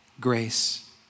grace